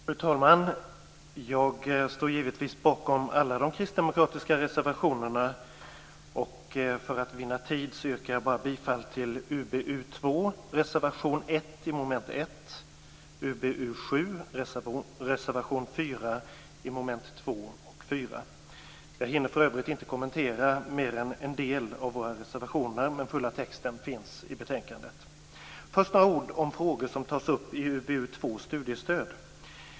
Fru talman! Jag står givetvis bakom alla de kristdemokratiska reservationerna, men för att vinna tid yrkar jag bifall bara till reservation 1 under mom. 1 i Jag hinner för övrigt inte kommentera mer än en del av våra reservationer, men den fulla texten finns i betänkandet Först några ord om frågor som tas upp i UbU2, Studiestöd.